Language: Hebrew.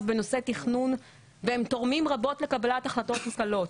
בנושאי תכנון והם תורמים רבות לקבלת החלטות מושכלות,